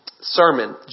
sermon